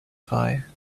fire